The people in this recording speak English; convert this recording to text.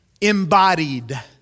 embodied